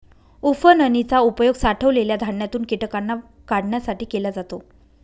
उफणनी चा उपयोग साठवलेल्या धान्यातून कीटकांना काढण्यासाठी केला जातो